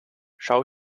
schau